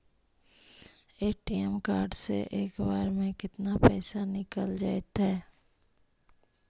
ATM card से एक बार में केतना पैसा निकल जइतै?